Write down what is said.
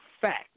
fact